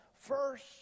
first